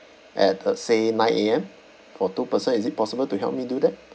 at uh say nine A_M for two person is it possible to help me do that